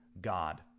God